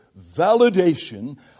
validation